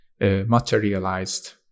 materialized